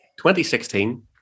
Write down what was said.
2016